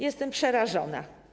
Jestem przerażona.